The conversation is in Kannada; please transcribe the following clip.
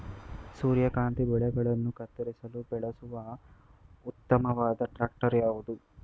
ಸೂರ್ಯಕಾಂತಿ ಬೆಳೆಗಳನ್ನು ಕತ್ತರಿಸಲು ಬಳಸುವ ಉತ್ತಮವಾದ ಟ್ರಾಕ್ಟರ್ ಯಾವುದು?